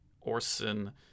Orson